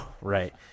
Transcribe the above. Right